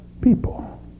people